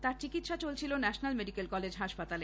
তাঁর চিকিৎসা চলছিল ন্যাশনাল মেডিকেল কলেজে হাসপাতালে